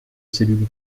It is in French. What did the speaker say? cellule